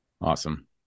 Awesome